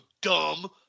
dumb